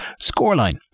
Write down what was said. Scoreline